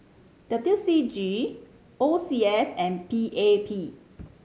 W C G O C S and P A P